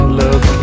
look